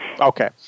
Okay